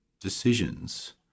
decisions